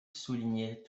soulignait